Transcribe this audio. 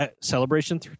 Celebration